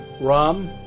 Rum